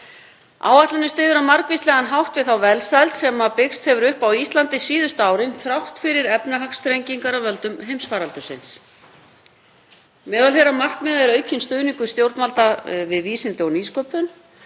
Áætlunin styður á margvíslegan hátt við þá velsæld sem byggst hefur upp á Íslandi á síðustu árum þrátt fyrir efnahagsþrengingar af völdum heimsfaraldursins. Meðal þeirra markmiða er aukinn stuðningur stjórnvalda við vísindi og nýsköpun.